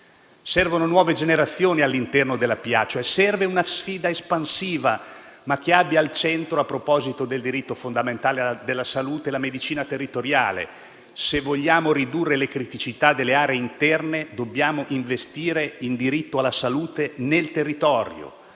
Servono nuove generazioni all'interno della pubblica amministrazione. Serve una sfida espansiva, che abbia, però, al centro, a proposito del diritto fondamentale alla salute, la medicina territoriale. Se vogliamo ridurre le criticità delle aree interne, dobbiamo investire in diritto alla salute nel territorio.